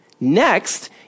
Next